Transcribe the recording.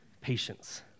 patience